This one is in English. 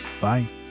Bye